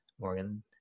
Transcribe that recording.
Morgan